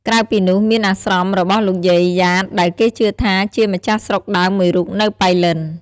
ក្រៅពីនោះមានអាស្រមរបស់លោកយាយយ៉ាតដែលគេជឿថា ជាម្ចាស់ស្រុកដើមមួយរូបនៅប៉ៃលិន។